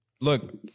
Look